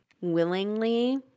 willingly